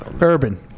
Urban